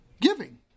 Giving